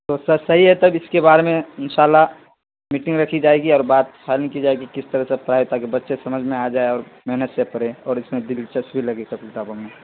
تو سب صحیح ہے تب اس کے بارے میں ان شاء اللہ میٹنگ رکھی جائے گی اور بات فائنل کی جائے گی کس طرح سے پڑھائے تاکہ بچے سمجھ میں آ جائے اور محنت سے پڑھے اور اس میں دلچسپی لگے سب کتابوں میں